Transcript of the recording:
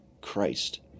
Christ